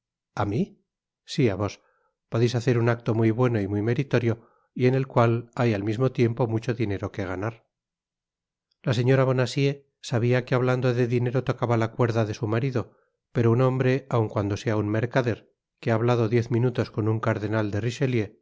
a mi si á vos podeis hacer un acto muy bueno y muy meritorio y en el cual hay al mismo tiempo mucho dinero que ganar la señora bonacieux sabia que hablando de dinero tocaba la cuerda de su marido pero un hombre aun cuando sea un mercader que ha hablado diez minutos con un cardenal de